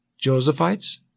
Josephites